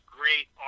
great